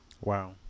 wow